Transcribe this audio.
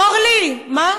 אורלי, מה?